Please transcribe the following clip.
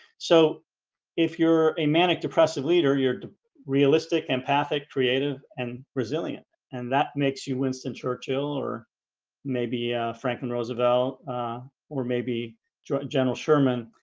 so if you're a manic depressive leader, you're realistic empathic creative and resilient and that makes you winston churchill or maybe franklin roosevelt or maybe general sherman,